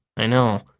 i know.